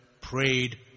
prayed